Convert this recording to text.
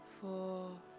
four